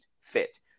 fit